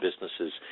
businesses